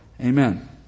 Amen